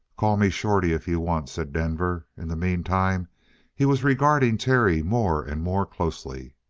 call me shorty if you want, said denver. in the meantime he was regarding terry more and more closely.